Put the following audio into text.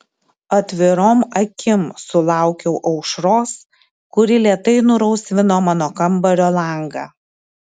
atvirom akim sulaukiau aušros kuri lėtai nurausvino mano kambario langą